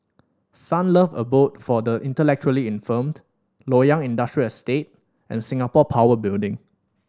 Sunlove Abode for the Intellectually Infirmed Loyang Industrial Estate and Singapore Power Building